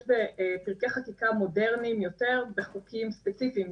פה בפרקי חקיקה מודרניים יותר בחוקים ספציפיים.